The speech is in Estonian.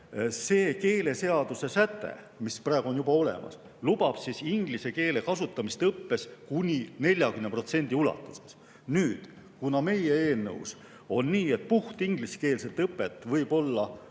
See keeleseaduse säte, mis praegu on juba olemas, lubab inglise keele kasutamist õppes kuni 40% ulatuses. Kuna meie eelnõus on nii, et puhtalt ingliskeelset õpet võib olla